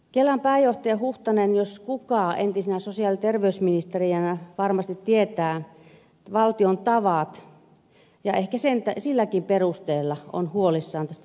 kelan pääjohtaja huhtanen jos kuka entisenä sosiaali ja terveysministerinä varmasti tietää valtion tavat ja ehkä silläkin perusteella on huolissaan tästä syntyneestä tilanteesta